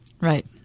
Right